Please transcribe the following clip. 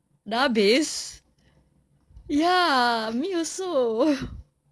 sudah habis ya me also